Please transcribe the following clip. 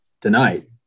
tonight